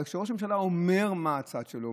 אבל כשראש הממשלה אומר מה הצד שלו,